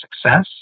success